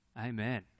Amen